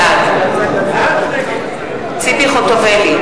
בעד ציפי חוטובלי,